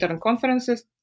conferences